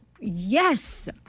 yes